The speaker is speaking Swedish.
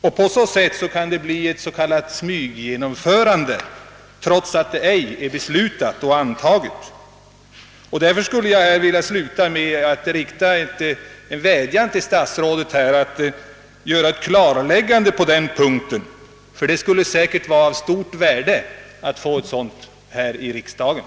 På detta sätt kan ett genomförande i smyg komma till stånd, trots att något beslut icke föreligger. Därför skulle jag avslutningsvis vilja rikta en vädjan till statsrådet att han gör ett klarläggande på denna punkt. Det skulle säkert vara av stort värde att få ett sådant här i riksdagen,